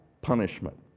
punishment